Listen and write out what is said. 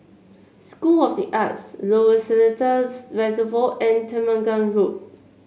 school of the Arts Lower Seletar Reservoir and Temenggong Road